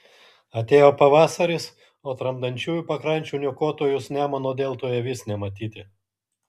atėjo pavasaris o tramdančiųjų pakrančių niokotojus nemuno deltoje vis nematyti